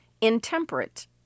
intemperate